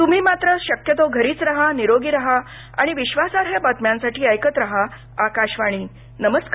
तम्ही मात्र शक्यतो घरीच राहा निरोगी राहा आणि विश्वासाई बातम्यांसाठी ऐकत राहा आकाशवाणी नमस्कार